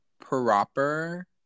proper